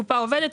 הקופה עובדת,